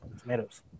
tomatoes